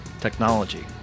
technology